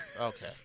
Okay